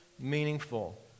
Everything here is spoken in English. meaningful